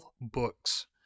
books